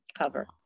cover